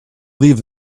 leave